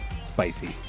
spicy